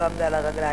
שלא עמדה על הרגליים.